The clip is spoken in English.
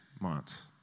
months